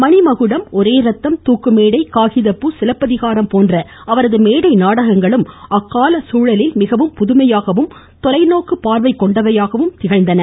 மணிமகுடம் ஒரே ரத்தம் துாக்குமேடை காகிதப்பூ சிலப்பதிகாரம் போன்ற அவரது மேடை நாடகங்களும் அக்கால கூழலில் மிகவும் புதுமையாகவும் தொலைநோக்கு பார்வை கொண்டவையாகவும் திகழ்ந்தன